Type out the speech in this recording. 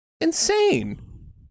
insane